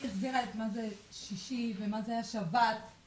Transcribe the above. היא החזירה את מה זה שישי, מה זה שבת והחגים.